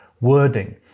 wording